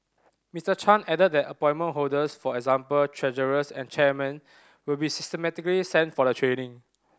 Mister Chan added that appointment holders for example treasurers and chairmen will be systematically sent for the training